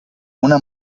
una